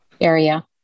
area